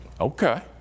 Okay